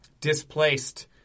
displaced